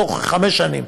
בתוך חמש שנים.